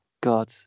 god